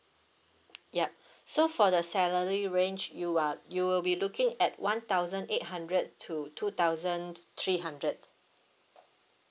yup so for the salary range you are you will be looking at one thousand eight hundred to two thousand three hundred